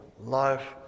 life